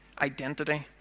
identity